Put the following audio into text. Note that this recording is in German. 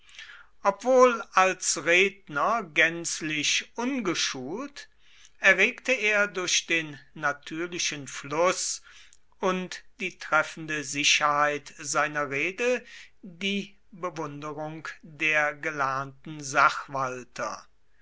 obwohl als redner gänzlich ungeschult erregte er durch den natürlichen fluß und die treffende sicherheit seiner rede die bewunderung der gelernten sachwalter